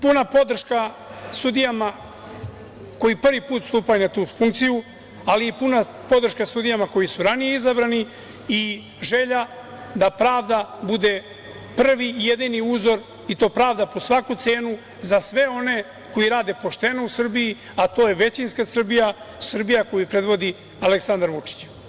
Puna podrška sudijama koji prvi put stupaju na tu funkciju, ali i puna podrška sudijama koji su ranije izabrani i želja da pravda bude prvi i jedini uzor, i to pravda po svaku cenu, za sve oni koji rade pošteno u Srbiji, a to je većinska Srbija, Srbija koju predvodi Aleksandar Vučić.